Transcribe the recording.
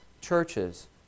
churches